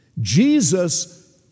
Jesus